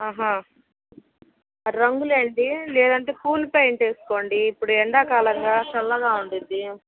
ఆహా రంగులేండి లేదంటే కూల్ పెయింట్ వేసుకోండి ఇప్పుడు ఎండాకాలంగా చల్లగా ఉంటుంది